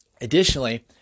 Additionally